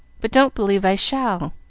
but don't believe i shall.